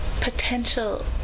potential